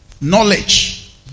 Knowledge